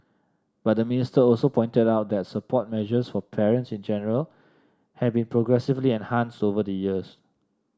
but the minister also pointed out that support measures for parents in general have been progressively enhanced over the years